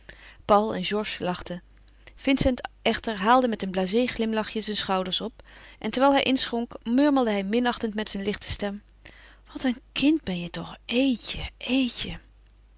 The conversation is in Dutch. paul en georges lachten vincent echter haalde met een blasé glimlachje zijn schouders op en terwijl hij inschonk murmelde hij minachtend met zijn lichte stem wat een kind ben je toch eetje eetje